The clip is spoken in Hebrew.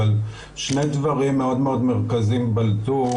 אבל שני דברים מאוד מאוד מרכזיים בלטו